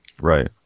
Right